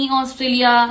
Australia